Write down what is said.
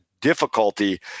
difficulty